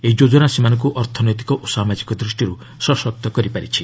ଏହି ଯୋଜନା ସେମାନଙ୍କୁ ଅର୍ଥନୈତିକ ଓ ସାମାଜିକ ଦୂଷ୍ଟିରୁ ସଶକ୍ତ କରିପାରୁଛି